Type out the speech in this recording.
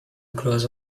across